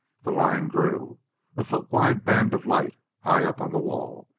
the line grew a foot-wide band of light high up on the wall,